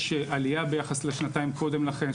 יש עלייה ביחס לשנתיים קודם לכן,